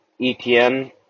ETN